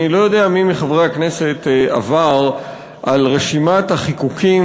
אני לא יודע מי מחברי הכנסת עבר על רשימת החיקוקים,